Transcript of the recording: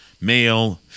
male